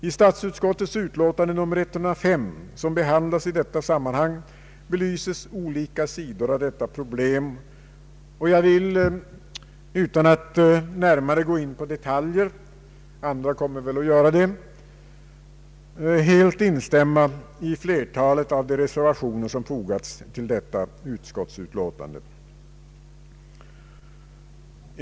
I statsutskottets utlåtande nr 105, som behandlas i detta sammanhang, belyses olika sidor av detta problem. Jag vill, utan att närmare gå in på detaljer — andra kommer att göra det — helt instämma i flertalet av de reservationer som fogats till detta utskottsutlåtande.